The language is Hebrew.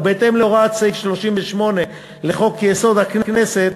ובהתאם להוראת סעיף 38 לחוק-יסוד: הכנסת,